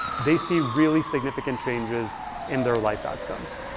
they see really significant changes in their life outcomes.